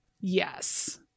Yes